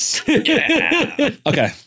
Okay